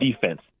defense